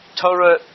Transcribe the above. Torah